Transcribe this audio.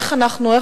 איך אנחנו,